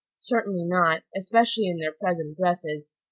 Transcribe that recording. certainly not especially in their present dresses.